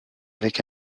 avec